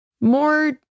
more